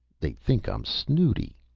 they think i'm snooty.